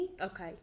Okay